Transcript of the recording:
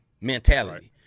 Mentality